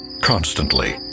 constantly